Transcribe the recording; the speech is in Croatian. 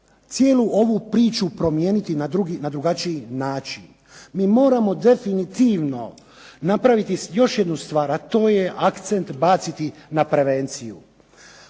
cijelu ovu priču promijeniti na drugačiji način. Mi moramo definitivno napraviti još jednu stvar a to je akcent baciti na prevenciju.